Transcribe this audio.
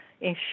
ensure